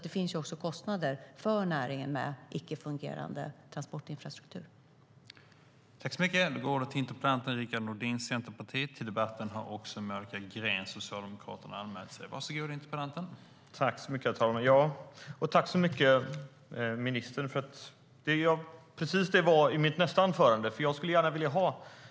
Det finns alltså kostnader för näringen med icke-fungerande transportinfrastruktur.